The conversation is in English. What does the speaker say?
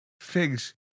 figs